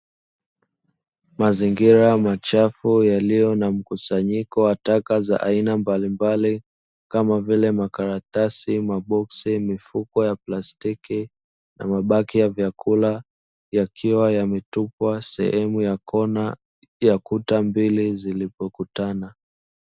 Mazingira machafu yaliyo na mkusanyiko wa taka za aina mbalimbali kama vile makaratasi, maboksi, mifuko ya plastiki na mabaki ya vyakula, yakiwa yametupwa sehemu ya kona ya kuta mbili zilizipokutana.